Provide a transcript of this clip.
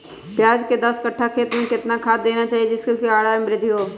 प्याज के दस कठ्ठा खेत में कितना खाद देना चाहिए जिससे उसके आंकड़ा में वृद्धि हो?